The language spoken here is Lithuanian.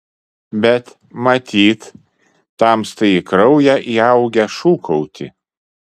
bet matyt tamstai į kraują įaugę šūkauti